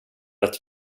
att